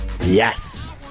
Yes